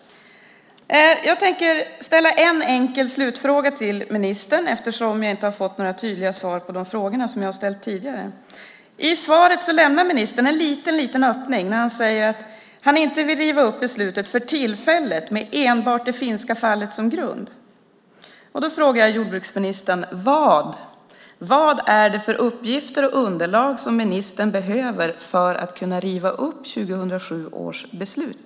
Jag tänker ställa en enkel slutfråga till ministern, eftersom jag inte har fått några tydliga svar på de frågor som jag har ställt tidigare. I svaret lämnar ministern en liten öppning när han säger att han inte vill riva upp beslutet för tillfället med enbart det finska fallet som grund. Då frågar jag jordbruksministern: Vad är det för uppgifter och underlag som ministern behöver för att kunna riva upp 2007 års beslut?